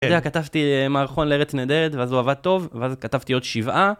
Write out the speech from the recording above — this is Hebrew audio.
אתה יודע, כתבתי מערכון לארץ נהדרת, ואז הוא עבד טוב, ואז כתבתי עוד שבעה.